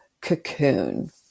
cocoon